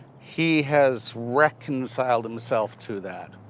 he has reconciled himself to that.